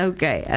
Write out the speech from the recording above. Okay